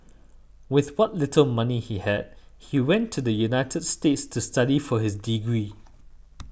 with what little money he had he went to the United States to study for his degree